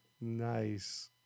Nice